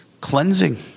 Cleansing